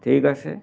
ঠিক আছে